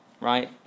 right